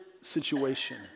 situation